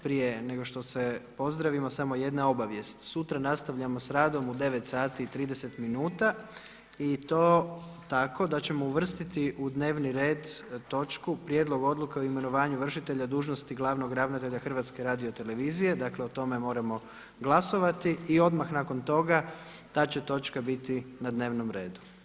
Prije nego što se pozdravimo samo jedna obavijest, sutra nastavljamo s radom u 9,30 i to tako da ćemo uvrstiti u dnevni red točku Prijedlog odluke o imenovanju vršitelja dužnosti glavnog ravnatelja HRT-a, dakle o tome moramo glasovati i odmah nakon toga ta će točka biti na dnevnom redu.